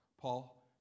Paul